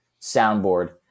soundboard